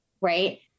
right